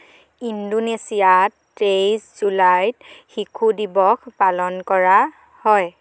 ইন্দোনেছিয়াত তেইছ জুলাইত শিশু দিৱস পালন কৰা হয়